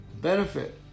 benefit